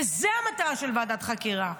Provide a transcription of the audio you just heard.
זאת המטרה של ועדת חקירה.